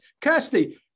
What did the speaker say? Kirsty